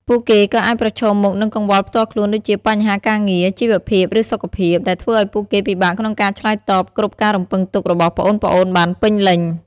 ពួកគេក៏អាចប្រឈមមុខនឹងកង្វល់ផ្ទាល់ខ្លួន ដូចជាបញ្ហាការងារ ជីវភាព ឬសុខភាព ដែលធ្វើឱ្យពួកគេពិបាកក្នុងការឆ្លើយតបគ្រប់ការរំពឹងទុករបស់ប្អូនៗបានពេញលេញ។